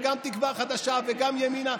גם בתקווה חדשה וגם בימינה,